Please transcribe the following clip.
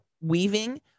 weaving